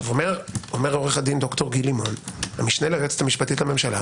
אומר עו"ד ד"ר גיל לימון המשנה ליועצת המשפטית לממשלה